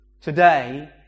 today